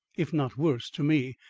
if not worse, to me,